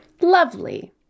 Lovely